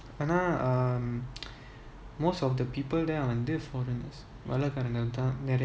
ஆனா:aana um most of the people there வந்து:vanthu foreigners வெள்ளைகாரங்கதான்நெறயபேரு:vellaikaranga thaan niraiya peru finland company